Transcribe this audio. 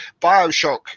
bioshock